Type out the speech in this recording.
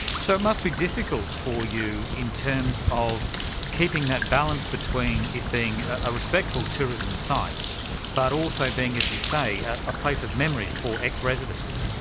so it must be difficult for you in terms of keeping that balance between it being a respectful tourism site but also being, as you say, a place of memory for ex-residents.